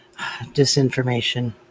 disinformation